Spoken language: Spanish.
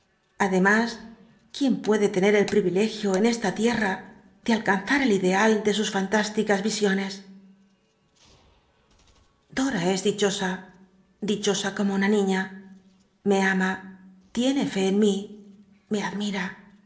ademas quién puede tener el privilegio en esta tierra de alcanzar el ideal de sus de ideal el alcanzar de tierra esta isiones dota es dichosa dicho a como una niña me ama tiene fé en mí me admira